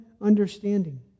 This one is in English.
understanding